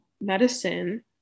medicine